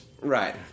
Right